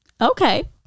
Okay